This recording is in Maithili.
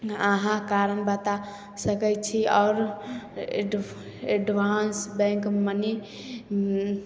अहाँ कारण बता सकै छी आओर एड एडवान्स बैँक मनी